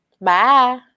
Bye